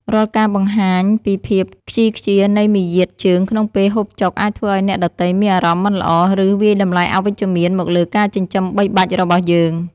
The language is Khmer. រាល់ការបង្ហាញពីភាពខ្ជីខ្ជានៃមារយាទជើងក្នុងពេលហូបចុកអាចធ្វើឱ្យអ្នកដទៃមានអារម្មណ៍មិនល្អ ឬ វាយតម្លៃអវិជ្ជមានមកលើការចិញ្ចឹមបីបាច់របស់យើង។